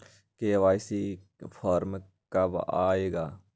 KYC form कब आए गा?